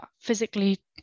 physically